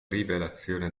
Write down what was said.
rivelazione